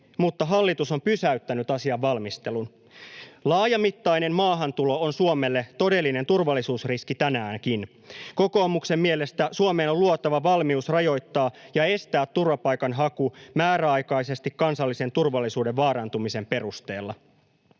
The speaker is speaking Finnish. mutta hallitus on pysäyttänyt asian valmistelun. Laajamittainen maahantulo on Suomelle todellinen turvallisuusriski tänäänkin. Kokoomuksen mielestä Suomeen on luotava valmius rajoittaa ja estää turvapaikanhaku määräaikaisesti kansallisen turvallisuuden vaarantumisen perusteella.